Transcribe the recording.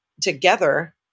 together